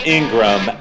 Ingram